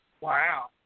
Wow